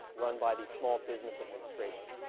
run by the small business administration.